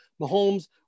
Mahomes